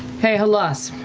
hey, halas.